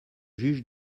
juge